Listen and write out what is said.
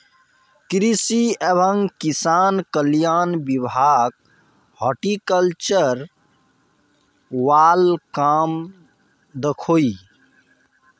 कृषि एवं किसान कल्याण विभाग हॉर्टिकल्चर वाल काम दखोह